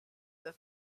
the